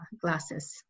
glasses